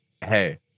hey